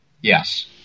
Yes